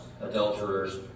adulterers